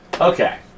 Okay